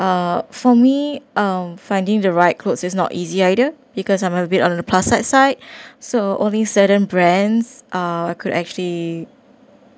uh for me um finding the right clothes is not easy either because I'm a bit on the plus side side so only certain brands uh could actually